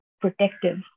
protective